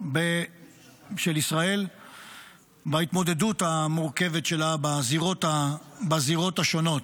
של ישראל בהתמודדות המורכבות שלה בזירות השונות.